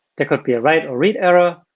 there could be a write or read error.